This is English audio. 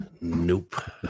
Nope